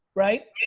right?